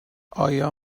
آیا